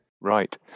Right